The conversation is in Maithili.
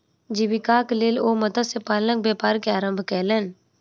जीवीकाक लेल ओ मत्स्य पालनक व्यापार के आरम्भ केलैन